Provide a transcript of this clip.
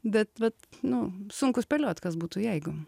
bet nu sunku spėliot kas būtų jeigu